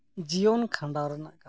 ᱡᱤᱭᱚᱱ ᱠᱷᱟᱸᱰᱟᱣ ᱨᱮᱱᱟᱜ ᱠᱟᱛᱷᱟ